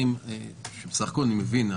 בסך הכול אני מבין,